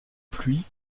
pluie